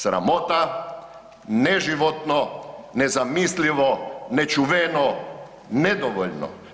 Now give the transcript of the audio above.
Sramota, neživotno, nezamislivo, nečuveno, nedovoljno.